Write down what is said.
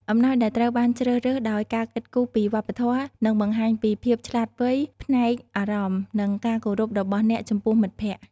អំណោយដែលត្រូវបានជ្រើសរើសដោយការគិតគូរពីវប្បធម៌ នឹងបង្ហាញពី ភាពវៃឆ្លាតផ្នែកអារម្មណ៍ និងការគោរពរបស់អ្នកចំពោះមិត្តភក្តិ។